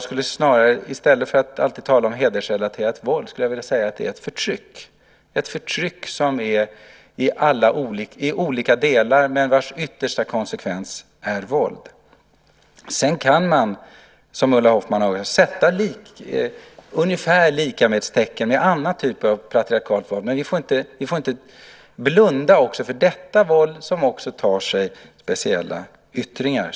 I stället för att tala om hedersrelaterat våld skulle jag vilja säga att det är ett förtryck, ett förtryck som existerar i olika delar, men vars yttersta konsekvens är våld. Sedan kan man, som Ulla Hoffmann, sätta ungefär-lika-med-tecken mellan detta och andra typer av patriarkala former, men vi får inte blunda för detta våld, som tar sig speciella uttryck.